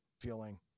feeling